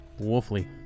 Wolfly